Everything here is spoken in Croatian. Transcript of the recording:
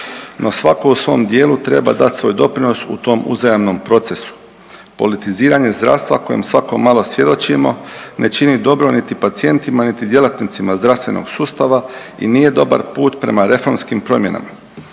No, svako u svom dijelu treba dati svoj doprinos u tom uzajamnom procesu. Politiziranje zdravstva kojem svako malo svjedočimo ne čini dobro niti pacijentima, niti djelatnicima zdravstvenog sustava i nije dobar put prema reformskim promjenama.